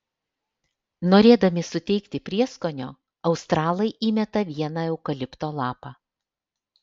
norėdami suteikti prieskonio australai įmeta vieną eukalipto lapą